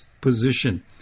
position